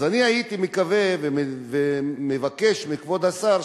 אז אני הייתי מקווה ומבקש מכבוד השר,